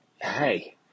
hey